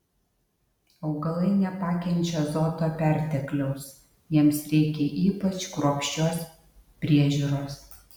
augalai nepakenčia azoto pertekliaus jiems reikia ypač kruopščios priežiūros